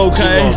Okay